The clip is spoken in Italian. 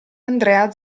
andrea